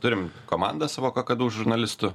turim komandą savo kakadu žurnalistų